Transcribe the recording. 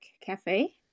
Cafe